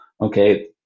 okay